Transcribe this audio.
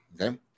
okay